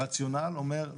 הרציונל אומר,